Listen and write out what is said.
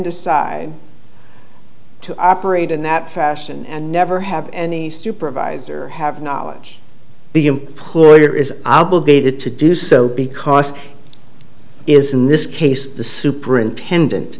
decide to operate in that fashion and never have any supervisor have knowledge the employer is obligated to do so because isn't this case the superintendent